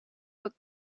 but